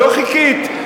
ולא חיכית,